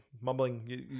Mumbling